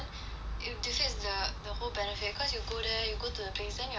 it defeats the whole benefit cause you go there you go to the place then your head hurt